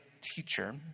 teacher